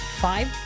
five